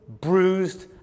bruised